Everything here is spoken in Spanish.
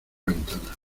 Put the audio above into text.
ventana